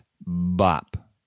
bop